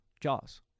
Jaws